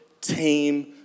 team